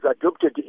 adopted